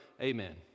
Amen